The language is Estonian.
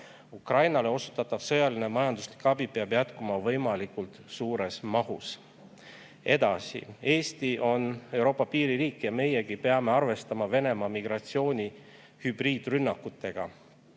Ukrainale osutatav sõjaline ja majanduslik abi peab jätkuma võimalikult suures mahus. Edasi. Eesti on Euroopa piiririik ja meiegi peame arvestama Venemaalt [tuleneva] migratsiooni kui hübriidrünnaku